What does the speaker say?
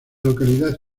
localidad